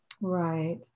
Right